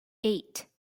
eight